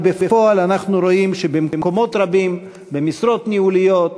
בפועל אנחנו רואים שבמקומות רבים במשרות ניהוליות